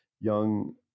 young